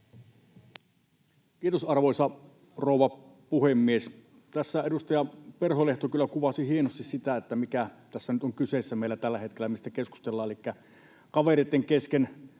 Kiitos, arvoisa rouva puhemies! Tässä edustaja Perholehto kyllä kuvasi hienosti sitä, mikä tässä nyt on kyseessä meillä tällä hetkellä, mistä keskustellaan, elikkä kavereitten kesken